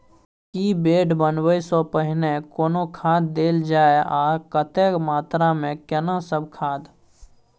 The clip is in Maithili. की बेड बनबै सॅ पहिने कोनो खाद देल जाय आ कतेक मात्रा मे केना सब खाद?